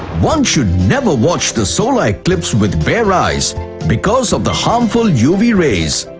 one should never watch the solar eclipse with bare eyes because of the harmful uv rays.